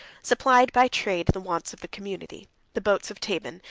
supplied, by trade, the wants of the community the boats of tabenne,